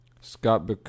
Scott